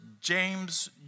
James